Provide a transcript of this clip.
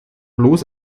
bloß